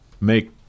make